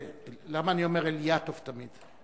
למה אני אומר תמיד אלִיַטוב תמיד?